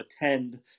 attend